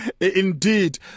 Indeed